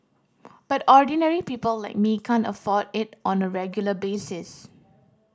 but ordinary people like me can't afford it on a regular basis